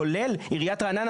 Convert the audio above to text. כולל עיריית רעננה,